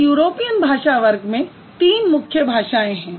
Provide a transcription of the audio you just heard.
तो यूरोपियन भाषा वर्ग में तीन मुख्य भाषाएँ हैं